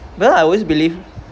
I always believe